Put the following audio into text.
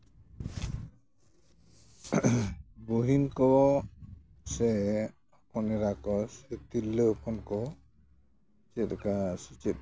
ᱵᱩᱦᱤᱱ ᱠᱚ ᱥᱮ ᱦᱚᱯᱚᱱ ᱮᱨᱟ ᱠᱚ ᱥᱮ ᱛᱤᱨᱞᱟᱹ ᱠᱚ ᱪᱮᱫᱞᱮᱠᱟ ᱥᱮᱪᱮᱫ